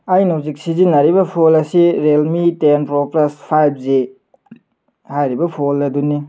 ꯑꯩꯅ ꯍꯧꯖꯤꯛ ꯁꯤꯖꯤꯟꯅꯔꯤꯕ ꯐꯣꯟ ꯑꯁꯤ Realme ten pro plus five G ꯍꯥꯏꯔꯤꯕ ꯐꯣꯟ ꯑꯗꯨꯅꯤ